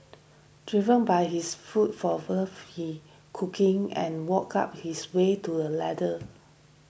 driven by his food for love he cooking and worked up his way to a ladder